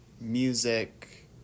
music